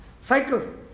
cycle